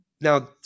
Now